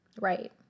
Right